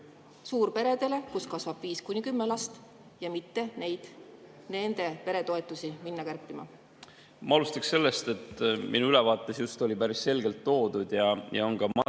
suurperedele, kus kasvab viis kuni kümme last – mitte nende peretoetusi minna kärpima? Ma alustaksin sellest, et minu ülevaates oli päris selgelt toodud ja on ka materjalidest